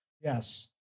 Yes